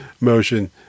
motion